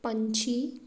ਪੰਛੀ